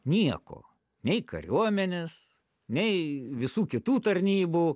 nieko nei kariuomenės nei visų kitų tarnybų